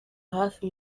hafi